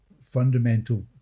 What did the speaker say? fundamental